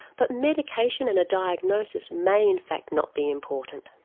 but medication and a diagnosis may in fact not be important.